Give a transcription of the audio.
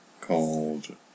called